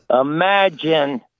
Imagine